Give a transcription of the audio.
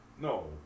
no